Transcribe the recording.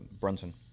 Brunson